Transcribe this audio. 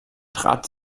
trat